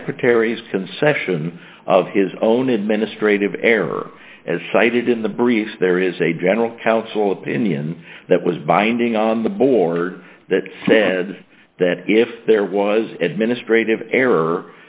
secretary's concession of his own administrative error as cited in the brief there is a general counsel opinion that was binding on the board that said that if there was administratively error